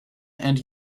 and